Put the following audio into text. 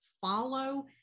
follow